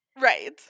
Right